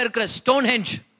Stonehenge